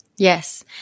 Yes